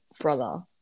brother